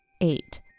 Eight